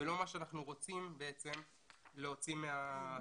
ולא מה שאנחנו רוצים להוציא מהצבא.